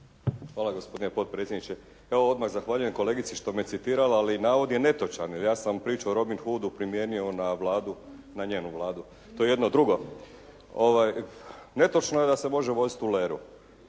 Hvala gospodine potpredsjedniče. Evo odmah zahvaljujem kolegici što me citirala, ali navod je netočan jer ja sam priču o Robin Hoodu primjenio na Vladu, na njenu Vladu, to je jedno drugo. Netočno je da se može voziti u leru.